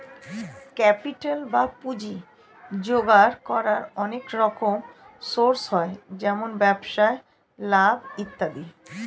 capital বা পুঁজি জোগাড় করার অনেক রকম সোর্স হয়, যেমন ব্যবসায় লাভ ইত্যাদি